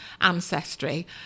ancestry